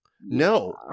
no